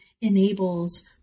enables